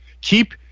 keep